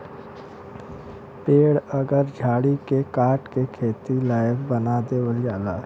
पेड़ अउर झाड़ी के काट के खेती लायक बना देवल जाला